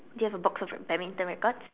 do you have a box of badminton rackets